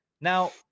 Now